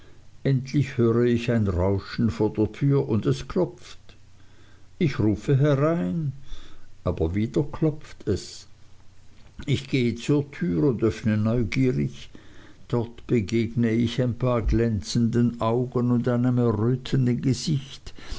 endlich höre ich ein rauschen vor der tür und es klopft ich rufe herein aber wieder klopft es ich gehe zur türe und öffne neugierig dort begegne ich ein paar glänzenden augen und einem errötenden gesicht